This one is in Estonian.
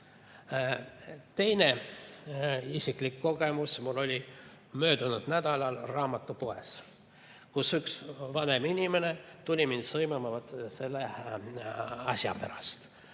Teine isiklik kogemus oli mul möödunud nädalal raamatupoes, kus üks vanem inimene tuli mind sõimama selle asja pärast,